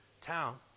town